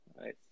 Nice